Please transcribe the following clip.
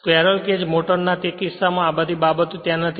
squirrel cage મોટરના તે કિસ્સામાં આ બધી બાબતો ત્યાં નથી